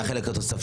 זה החלק התוספתי.